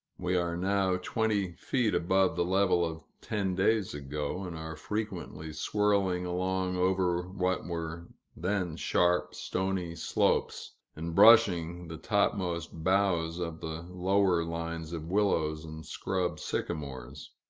we are now twenty feet above the level of ten days ago, and are frequently swirling along over what were then sharp, stony slopes, and brushing the topmost boughs of the lower lines of willows and scrub sycamores.